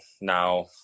now